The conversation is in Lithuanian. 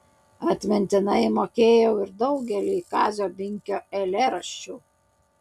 atmintinai mokėjau ir daugelį kazio binkio eilėraščių